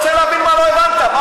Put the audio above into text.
מה לא הבנת?